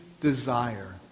desire